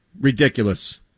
Ridiculous